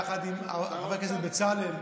יחד עם חבר הכנסת בצלאל,